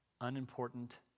unimportant